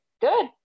good